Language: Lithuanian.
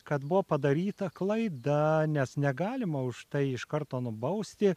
kad buvo padaryta klaida nes negalima už tai iš karto nubausti